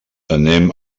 anem